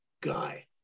guy